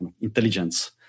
intelligence